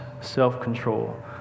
self-control